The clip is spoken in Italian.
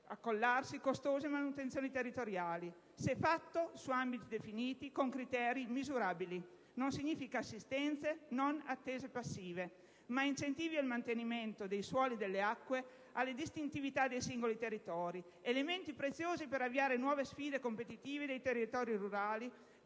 addossarsi costose manutenzioni territoriali. Se fatto su ambiti definiti, con criteri misurabili non si traduce in assistenza, in attese passive, ma in incentivi al mantenimento dei suoli e delle acque e della specificità dei singoli territori: elementi preziosi per avviare nuove sfide competitive dei territori rurali,